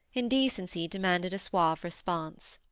in decency demanded a suave response.